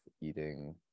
eating